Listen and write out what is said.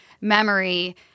memory